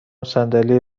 صندلی